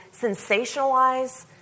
sensationalize